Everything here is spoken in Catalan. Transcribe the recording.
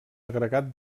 agregat